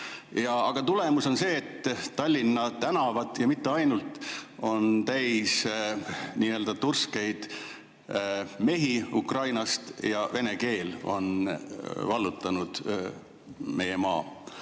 Aga tulemus on see, et Tallinna tänavad, ja mitte ainult, on täis turskeid mehi Ukrainast ja vene keel on vallutanud meie maa.